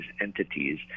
entities